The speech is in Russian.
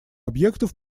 объектов